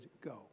go